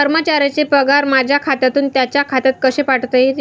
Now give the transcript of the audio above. कर्मचाऱ्यांचे पगार माझ्या खात्यातून त्यांच्या खात्यात कसे पाठवता येतील?